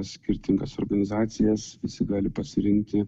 skirtingas organizacijas visi gali pasirinkti